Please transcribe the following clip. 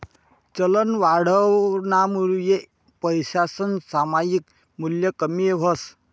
चलनवाढनामुये पैसासनं सामायिक मूल्य कमी व्हस